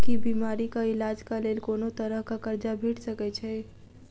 की बीमारी कऽ इलाज कऽ लेल कोनो तरह कऽ कर्जा भेट सकय छई?